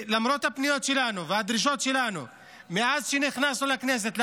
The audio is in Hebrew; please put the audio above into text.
למרות הפניות שלנו והדרישות שלנו מאז שנכנסנו לכנסת,